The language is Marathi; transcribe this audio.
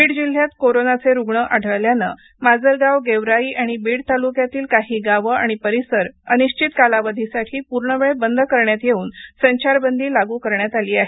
बीड जिल्ह्यात कोरोनाचे रुग्ण आढळल्याने माजलगाव गेवराई आणी बीड तालुक्यातील काही गांवे आणी परिसर पुढील अनिश्वित कालावधीसाठी पूर्णवेळ बंद करण्यात येवून संचारबंदी लागू करण्यात आली आहे